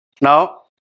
Now